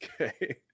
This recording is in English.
okay